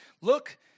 Look